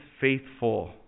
faithful